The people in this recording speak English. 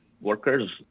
workers